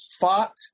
fought